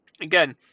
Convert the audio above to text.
again